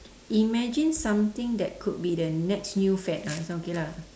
imagine something that could be the next new fad ah this one okay lah